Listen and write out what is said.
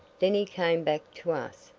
then he came back to us,